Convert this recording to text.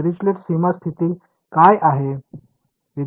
Dirichlet सीमा स्थिती काय आहे